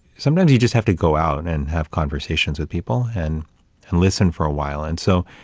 sometimes you just have to go out and have conversations with people and and listen for a while. and so,